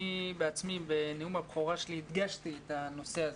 אני בעצמי בנאום הבכורה שלי הדגשתי את הנושא הזה,